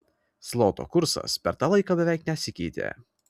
zloto kursas per tą laiką beveik nesikeitė